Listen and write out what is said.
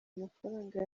amafaranga